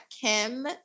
Kim